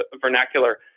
vernacular